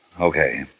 Okay